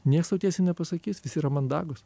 nieks tau tiesiai nepasakys visi yra mandagūs